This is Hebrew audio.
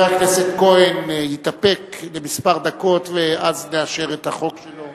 חבר הכנסת כהן יתאפק כמה דקות ואז נאשר את החוק שלו.